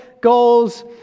goals